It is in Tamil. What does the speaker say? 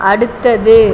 அடுத்தது